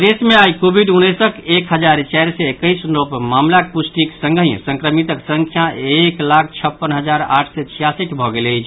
प्रदेश मे आइ कोविड उन्नैसक एक हजार चारि सय एकैस नव मामिलाक पुष्टिक संगहि संक्रमितक संख्या एक लाख छप्पन हजार आठ सय छियासठि भऽ गेल अछि